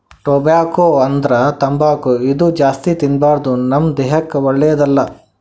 tobacco ಅಂದ್ರ ತಂಬಾಕ್ ಇದು ಜಾಸ್ತಿ ತಿನ್ಬಾರ್ದು ನಮ್ ದೇಹಕ್ಕ್ ಒಳ್ಳೆದಲ್ಲ